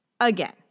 Again